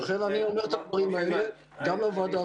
לכן אני אומר את הדברים האלה גם לוועדה הזאת.